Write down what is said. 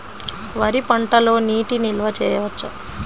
వరి పంటలో నీటి నిల్వ చేయవచ్చా?